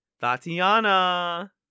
Tatiana